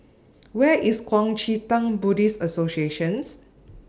Where IS Kuang Chee Tng Buddhist Association